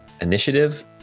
initiative